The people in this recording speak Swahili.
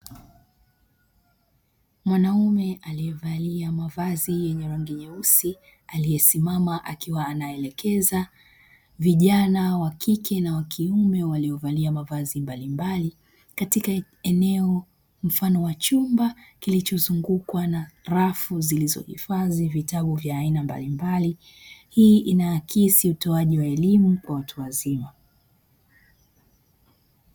Mwanaume alievalia mavazi ya rangi nyeusi aliesimama akiwa anaelekza vijana wa kike na wa kiume waliovalia mavazi mbalimbali katika eneo mfano wa chumba kilicho zungukwa na rafu zilizo hifadhi vitabu vya aina mbalimbali, hii inaakisi utoaji wa elimu kwa watu wazima.